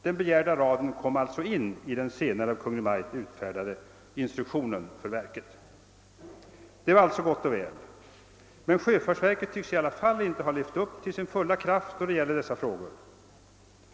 Den begärda raden kom alltså in i den senare av Kungl. Maj:t utfärdade instruktionen för verket. Det var alltså gott och väl. Men sjöfartsverket tycks i alla fall inte ha levt upp till sin fulla kraft då det gäller dessa frågor.